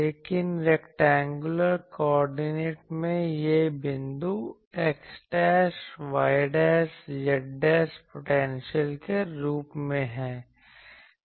लेकिन rectangular coordinate में यह बिंदु xyz पोटेंशियल के रूप में है